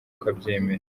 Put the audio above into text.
ukabyemera